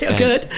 good.